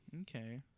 okay